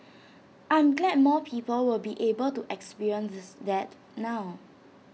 I'm glad more people will be able to experience that now